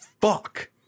fuck